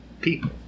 people